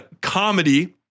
comedy